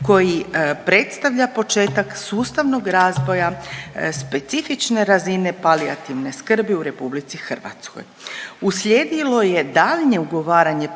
koji predstavlja početak sustavnog razvoja specifične razine palijativne skrbi u RH.